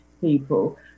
people